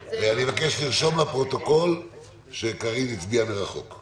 אין נמנעים, אין הבקשה לפיצול הצעת החוק דיונים באמצעים טכנולוגיים